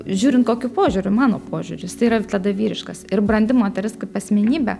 žiūrint kokiu požiūriu mano požiūris tai yra tada vyriškas ir brandi moteris kaip asmenybė